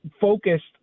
focused